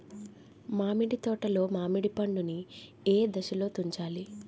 మామిడి తోటలో మామిడి పండు నీ ఏదశలో తుంచాలి?